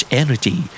energy